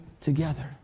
together